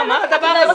מה זה הדבר הזה?